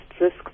risk